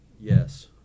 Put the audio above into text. Yes